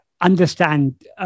understand